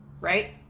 right